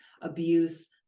abuse